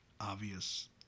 obvious